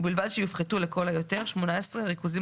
ובלבד שיופחתו לכל היותר 18 ריכוזים